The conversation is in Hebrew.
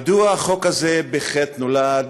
מדוע החוק הזה בחטא נולד?